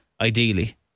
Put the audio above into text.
Ideally